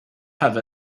have